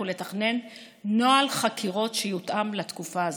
ולתכנן נוהל חקירות שיותאם לתקופה הזאת.